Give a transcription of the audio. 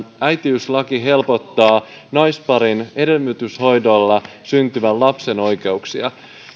äitiyslaki helpottaa naisparin hedelmöityshoidolla syntyvän lapsen oikeuksia